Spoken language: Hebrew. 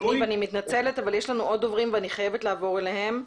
אני מתנצלת אבל יש לנו עוד דוברים ואני חייבת לעבור אליהם.